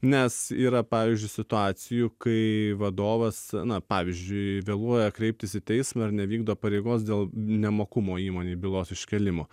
nes yra pavyzdžiui situacijų kai vadovas na pavyzdžiui vėluoja kreiptis į teismą ar nevykdo pareigos dėl nemokumo įmonei bylos iškėlimo